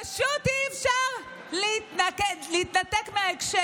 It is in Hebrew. פשוט אי-אפשר להתנתק מההקשר.